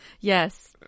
Yes